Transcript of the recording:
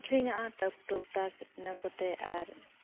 ᱟᱠᱷᱨᱤᱧᱚᱜᱼᱟ ᱴᱟᱠ ᱴᱩᱠ ᱴᱟᱠ ᱤᱱᱟᱹ ᱠᱚᱛᱮ ᱟᱨ